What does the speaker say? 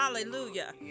hallelujah